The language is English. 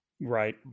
right